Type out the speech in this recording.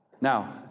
Now